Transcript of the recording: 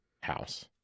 house